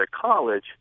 college